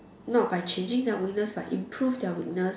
not by changing lah we just like improve their weakness